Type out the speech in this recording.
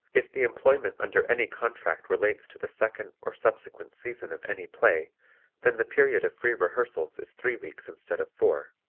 if the employment under any contract relates to the second or subsequent season of any play then the period of free rehearsals is three weeks instead of four,